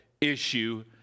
issue